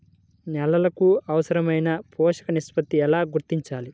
నేలలకు అవసరాలైన పోషక నిష్పత్తిని ఎలా గుర్తించాలి?